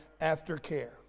aftercare